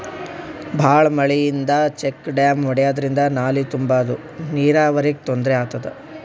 ಭಾಳ್ ಮಳಿಯಿಂದ check dam ಒಡ್ಯಾದ್ರಿಂದ ನಾಲಿ ತುಂಬಾದು ನೀರಾವರಿಗ್ ತೊಂದ್ರೆ ಆತದ